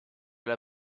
cela